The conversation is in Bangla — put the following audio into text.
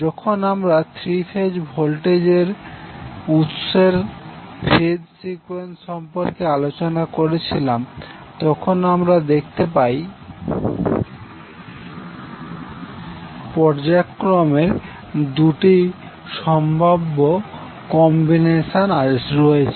যখন আমরা থ্রি ফেজ ভোল্টেজ উৎসের ফেজ সিকুয়েন্স সম্পর্কে আলোচনা করছিলাম তখন আমরা দেখতে পাই পর্যায়ক্রমের দুটি সম্ভাব্য কম্বিনেশন রয়েছে